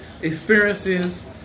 experiences